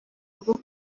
rwo